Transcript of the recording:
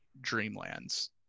dreamlands